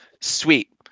sweet